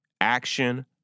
action